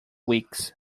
weeks